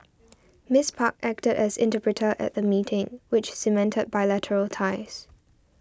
Miss Park acted as interpreter at the meeting which cemented bilateral ties